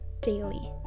daily